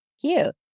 Cute